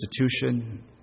institution